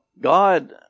God